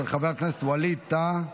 של חבר הכנסת ווליד טאהא